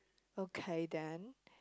okay then